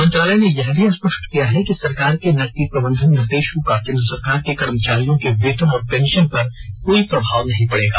मंत्रालय ने यह भी स्पष्ट किया है कि सरकार के नकदी प्रबंधन निर्देशों का केंद्र सरकार के कर्मचारियों के वेतन और पेंशन पर कोई प्रभाव नहीं पडेगा